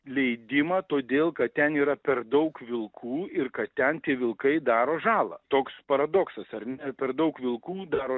leidimą todėl kad ten yra per daug vilkų ir kad ten tie vilkai daro žalą toks paradoksas ar ne per daug vilkų daro